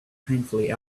painfully